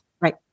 Right